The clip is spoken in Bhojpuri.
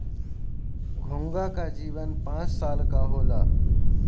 घोंघा क जीवन पांच साल तक क होला